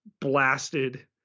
blasted